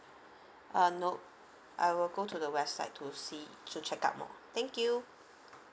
uh nope I will go to the website to see to check out more thank you